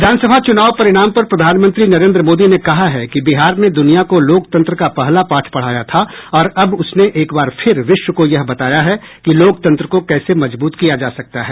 विधानसभा चूनाव परिणाम पर प्रधानमंत्री नरेन्द्र मोदी ने कहा है कि बिहार ने द्रनिया को लोकतंत्र का पहला पाठ पढ़ाया था और अब उसने एक बार फिर विश्व को यह बताया है कि लोकतंत्र को कैसे मजबूत किया जा सकता है